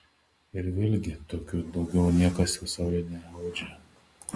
ir vėlgi tokių daugiau niekas pasaulyje neaudžia